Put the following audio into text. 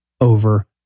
over